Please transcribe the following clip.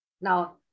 Now